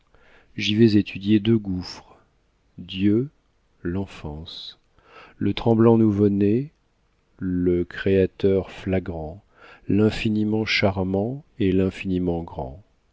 j'y vais étudier deux gouffres dieu l'enfance le tremblant nouveau-né le créateur flagrant l'infiniment charmant et l'infiniment grand